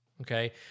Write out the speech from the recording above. Okay